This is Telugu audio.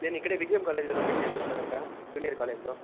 నేను ఇక్కడే విజయం కాలేజీలో కంప్లీట్ చేశాను సార్ ఇక్కడ జూనియర్ కాలేజీలో